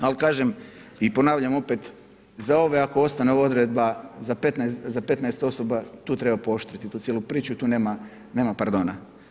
Ali, kažem i ponavljam opet, za ove ako ostane ova odredba, za 15 osoba, tu treba poštivati tu cijelu priču i tu nema porodna.